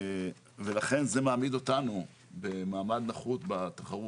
לכן, זה מעמיד אותנו במעמד נחות בתחרות.